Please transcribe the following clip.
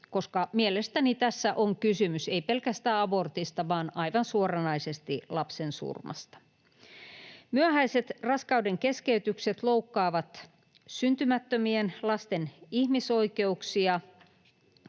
koska mielestäni tässä on kysymys ei pelkästään abortista vaan aivan suoranaisesti lapsensurmasta. Myöhäiset raskaudenkeskeytykset loukkaavat syntymättömien lasten ihmisoikeuksia,